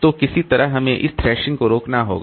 तो किसी तरह हमें इस थ्रैशिंग को रोकना होगा